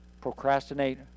procrastinate